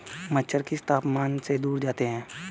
मच्छर किस तापमान से दूर जाते हैं?